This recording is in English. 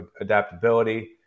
adaptability